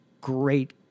great